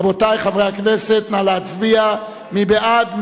רבותי חברי הכנסת, נא להצביע, מי בעד?